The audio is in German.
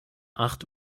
acht